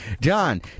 john